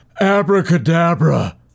abracadabra